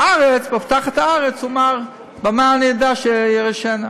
אך בהבטחת הארץ הוא אמר "במה אדע כי אירשנה?"